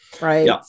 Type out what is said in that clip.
right